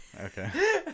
Okay